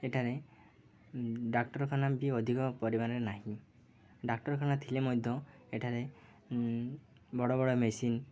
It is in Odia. ଏଠାରେ ଡ଼ାକ୍ତରଖାନା ବି ଅଧିକ ପରିମାଣରେ ନାହିଁ ଡ଼ାକ୍ତରଖାନା ଥିଲେ ମଧ୍ୟ ଏଠାରେ ବଡ଼ ବଡ଼ ମେସିନ୍